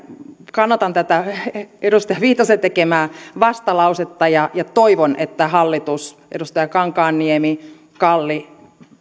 kannatan edustaja viitasen tekemää vastalausetta ja ja toivon että hallitus edustajat kankaanniemi ja kalli